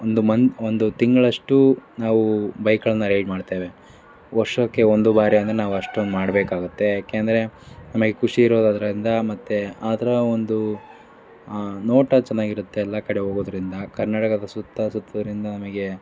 ಒಂದು ಮಂತ್ ಒಂದು ತಿಂಗಳಷ್ಟು ನಾವು ಬೈಕ್ಗಳನ್ನ ರೈಡ್ ಮಾಡ್ತೇವೆ ವರ್ಷಕ್ಕೆ ಒಂದು ಬಾರಿ ಆಂದರೂ ನಾವು ಅಷ್ಟೊಂದು ಮಾಡಬೇಕಾಗುತ್ತೆ ಯಾಕೆ ಅಂದರೆ ನಮಗೆ ಖುಷಿ ಇರೋದು ಅದರಿಂದ ಮತ್ತು ಅದರ ಒಂದು ನೋಟ ಚೆನ್ನಾಗಿರುತ್ತೆ ಎಲ್ಲ ಕಡೆ ಹೋಗೋದ್ರಿಂದ ಕರ್ನಾಟಕದ ಸುತ್ತ ಸುತ್ತೋದರಿಂದ ನಮಗೆ